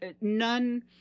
none